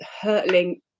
hurtling